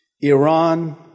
Iran